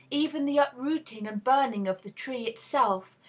even the uprooting and burning of the tree itself,